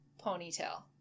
ponytail